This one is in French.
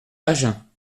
agen